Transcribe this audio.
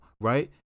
Right